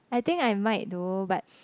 I think I might though but